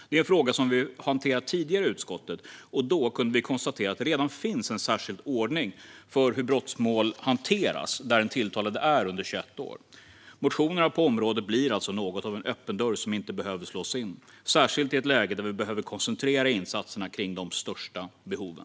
Det är en fråga som vi hanterat tidigare i utskottet. Då kunde vi konstatera att det redan finns en särskild ordning för hur brottmål ska hanteras när den tilltalade är under 21 år. Motionerna på området blir alltså något av en öppen dörr som inte behöver slås in, särskilt i ett läge där vi behöver koncentrera insatserna på de största behoven.